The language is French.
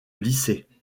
lycée